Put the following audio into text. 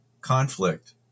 conflict